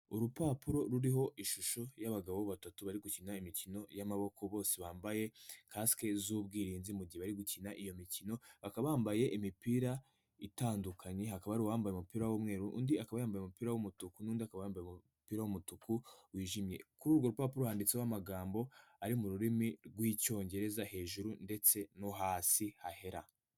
Urupapuro ruriho ishusho y'abagabo batatu bari gukina imikino y'amaboko, bose bambaye kasike z'ubwirinzi igihe bari gukina iyo mikino, bakaba bambaye imipira itandukanye, hakaba hari uwambaye umupira w'umweru undi akaba yambaye umupira w'umutuku n'undi aka yambaye umupira w'umutuku wijimye, kuri urwo rupapuro handitseho amagambo ari mu rurimi rw'icyongereza hejuru ndetse no hasi hahera.